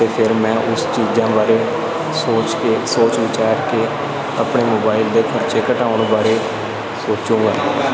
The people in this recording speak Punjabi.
ਅਤੇ ਫਿਰ ਮੈਂ ਉਸ ਚੀਜ਼ਾਂ ਬਾਰੇ ਸੋਚ ਕੇ ਸੋਚ ਵਿਚਾਰ ਕੇ ਆਪਣੇ ਮੋਬਾਈਲ ਦੇ ਖਰਚੇ ਘਟਾਉਣ ਬਾਰੇ ਸੋਚੂਗਾ